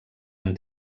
han